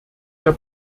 der